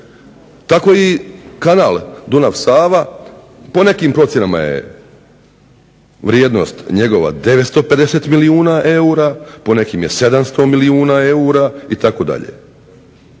Tako i kanal Dunav-Sava po nekim procjenama je vrijednost njegova 950 milijuna eura, po nekim je 700 milijuna eura itd.